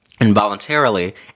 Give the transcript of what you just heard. involuntarily